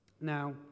Now